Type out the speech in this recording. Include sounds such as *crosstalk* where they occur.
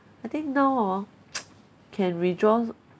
I think now hor *noise* can withdraw